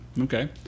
okay